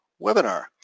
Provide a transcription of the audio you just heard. Webinar